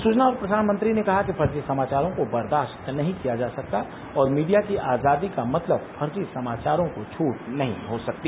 सुचना और प्रसारण मंत्री ने कहा कि फर्जी समाचारों को बर्दाश्त नहीं किया जा सकता और मीडिया की आजादी का मतलब फर्जी समाचारों को छूट नहीं हो सकती